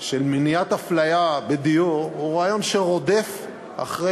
של מניעת אפליה בדיור הוא רעיון שרודף אחרי